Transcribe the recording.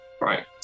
right